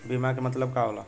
बीमा के मतलब का होला?